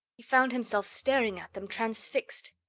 he found himself staring at them, transfixed.